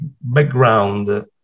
background